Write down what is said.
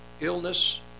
illness